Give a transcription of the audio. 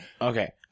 Okay